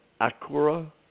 Acura